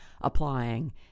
applying